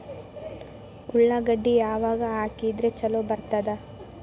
ಉಳ್ಳಾಗಡ್ಡಿ ಯಾವಾಗ ಹಾಕಿದ್ರ ಛಲೋ ಬರ್ತದ?